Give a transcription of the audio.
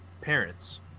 parents